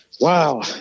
wow